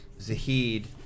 Zahid